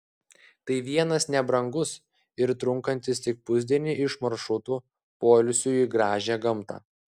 tai vienas nebrangus ir trunkantis tik pusdienį iš maršrutų poilsiui į gražią gamtą